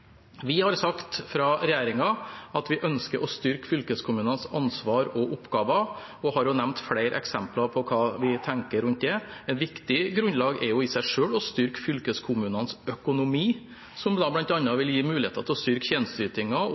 Vi har, fra regjeringens side, sagt at vi ønsker å styrke fylkeskommunenes ansvar og oppgaver, og har også nevnt flere eksempler på hva vi tenker rundt det. Et viktig grunnlag i seg selv er å styrke fylkeskommunenes økonomi, som bl.a. vil gi muligheter til å styrke